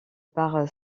par